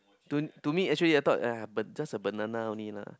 to to me actually I thought !aiya! just a banana only lah